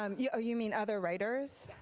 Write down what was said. um yeah you mean other writers?